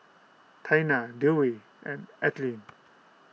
Taina Dewey and Ethelene